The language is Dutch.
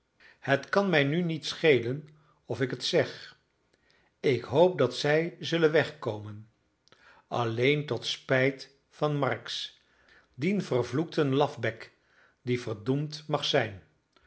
het kan mij nu niet schelen of ik het zeg ik hoop dat zij zullen wegkomen alleen tot spijt van marks dien vervloekten lafbek die verdoemd mag zijn